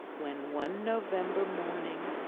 when, one november morning,